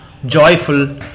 joyful